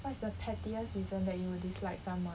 what is the pettiest reason that you would dislike someone